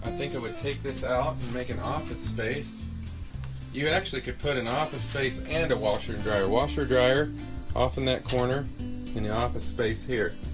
think it would take this out and make an office space you actually could put an office space and a washer dryer washer dryer off in that corner in the office space here